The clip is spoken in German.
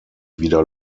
wieder